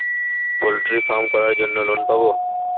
Poultry farm করার জন্য কোন লোন পাব?